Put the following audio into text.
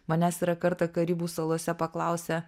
manęs yra kartą karibų salose paklausę